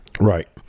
right